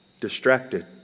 distracted